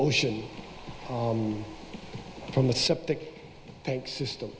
ocean from the septic tank system